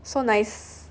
so nice